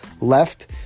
left